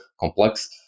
complex